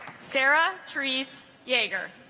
sarah trees yeager